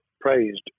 praised